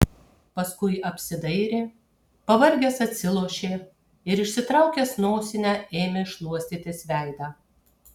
paskui apsidairė pavargęs atsilošė ir išsitraukęs nosinę ėmė šluostytis veidą